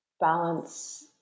balance